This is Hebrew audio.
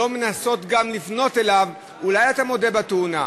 וגם לא מנסות לפנות אליו: אולי אתה מודה בתאונה,